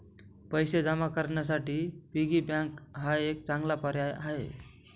पैसे जमा करण्यासाठी पिगी बँक हा एक चांगला पर्याय आहे